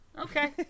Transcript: Okay